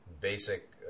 basic